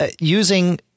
using